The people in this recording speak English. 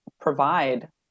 provide